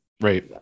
right